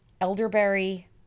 elderberry